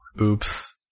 Oops